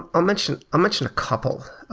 i'll mention mention a couple.